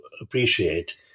appreciate